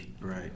Right